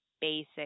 basic